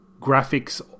graphics